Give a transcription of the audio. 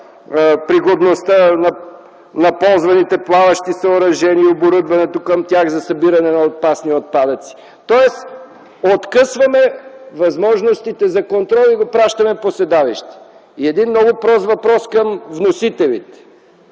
пригодността на ползваните плаващи съоръжения, оборудването към тях, за събирането на опасни отпадъци, тоест откъсваме възможностите за контрол и го пращаме по седалище. И един много прост въпрос към вносителите